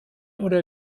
oder